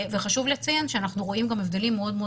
חשוב לציין שאנחנו רואים גם הבדלים מאוד מאוד